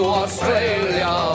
australia